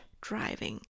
driving